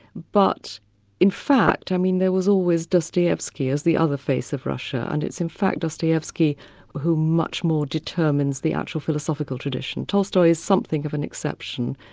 but in fact, i mean there was always dostoyevsky as the other face of russia, and it's in fact dostoyevsky who much more determines the actual philosophical tradition. tolstoy is something of an exception.